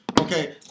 Okay